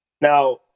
Now